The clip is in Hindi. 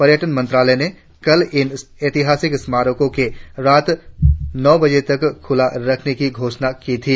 पर्यटन मंत्रालय ने कल इन ऐतिहासिक स्मारकों के रात नौ बजे तक खुला रखने की घोषणा की थी